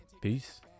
peace